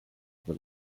will